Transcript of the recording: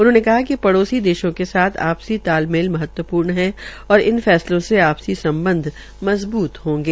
उन्होंने कहा कि पड़ोसी देशों के साथ आपसी तालमेल महत्वपूर्ण है और इन फैसलो से आपसी सम्बध मजबूत होंगे